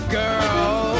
girl